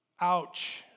Ouch